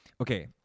Okay